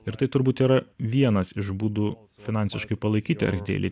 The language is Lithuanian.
ir tai turbūt yra vienas iš būdų finansiškai palaikyti archdeili